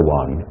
one